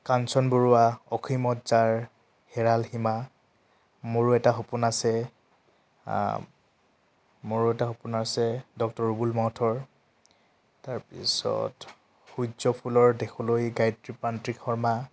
কাঞ্চন বৰুৱা অসীমত যাৰ হেৰাল সীমা মোৰো এটা সপোন আছে মোৰো এটা সপোন আছে ডক্টৰ ৰুবুল মাউতৰ তাৰপিছত সূৰ্য ফুলৰ দেশলৈ গায়ত্ৰী প্ৰান্তিক শৰ্মা